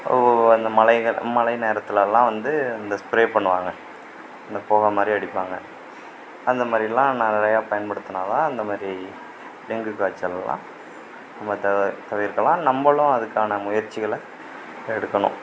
அந்த மழைகள் மழை நேரத்துலலாம் வந்து இந்த ஸ்ப்ரே பண்ணுவாங்க இந்த புக மாதிரி அடிப்பாங்க அந்த மாதிரிலாம் நெ நிறையா பயன்படுத்துனா தான் அந்த மாதிரி டெங்கு காய்ச்சல் எல்லாம் நம்ம தவிர் தவிர்க்கலாம் நம்பளும் அதுக்கான முயச்சிகளை எடுக்கணும்